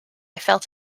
felt